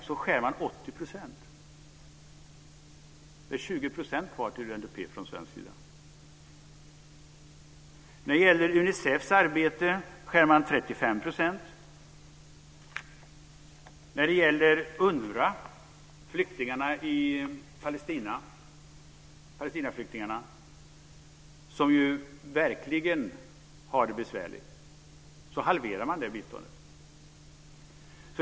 Man skär ned med 80 %. Det är 20 % kvar till UNDP från svensk sida. När det gäller Unicefs arbete skär man ned med 35 %. När det gäller UNWRA - Palestinaflyktingarna, som verkligen har det besvärligt - halverar man biståndet.